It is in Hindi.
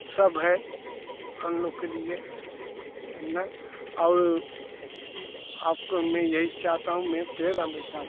सब है हम लोग के लिए है ना और आप को मैं यही चाहता हूँ मैं पेड़ हमेशा रखूँ